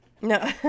No